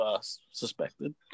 suspected